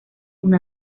una